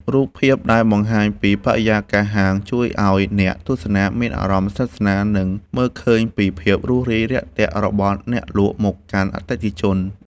រូបភាពដែលបង្ហាញពីបរិយាកាសហាងជួយឱ្យអ្នកទស្សនាមានអារម្មណ៍ស្និទ្ធស្នាល និង មើលឃើញពីភាពរួសរាយរាក់ទាក់របស់អ្នកលក់មកកាន់អតិថិជន។